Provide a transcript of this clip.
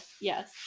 yes